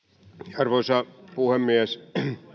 arvoisa puhemies